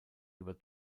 über